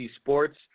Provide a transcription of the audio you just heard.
Sports